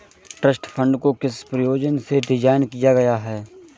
Trust fund को किस प्रयोजन से डिज़ाइन किया गया है?